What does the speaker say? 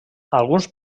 alguns